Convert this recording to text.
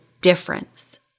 difference